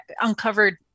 uncovered